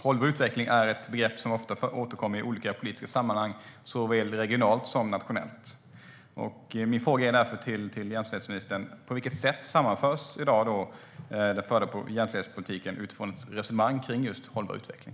Hållbar utveckling är ett begrepp som ofta återkommer i olika politiska sammanhang, såväl regionalt som nationellt. Min fråga till jämställdhetsministern är därför: På vilket sätt sammanförs i dag den förda jämställdhetspolitiken utifrån ett resonemang kring hållbar utveckling?